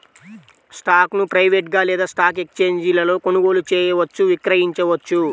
స్టాక్ను ప్రైవేట్గా లేదా స్టాక్ ఎక్స్ఛేంజీలలో కొనుగోలు చేయవచ్చు, విక్రయించవచ్చు